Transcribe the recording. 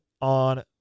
on